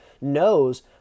knows